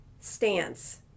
stance